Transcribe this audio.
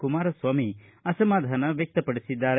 ಕುಮಾರಸ್ವಾಮಿ ಅಸಮಾಧಾನ ವ್ಯಕ್ಷಪಡಿಸಿದ್ದಾರೆ